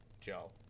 joe